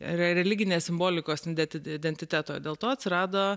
religinės simbolikos iden identiteto dėl to atsirado